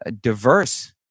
diverse